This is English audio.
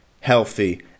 healthy